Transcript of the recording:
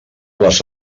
les